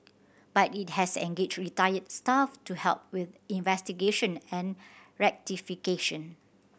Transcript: but it has engaged retired staff to help with investigation and rectification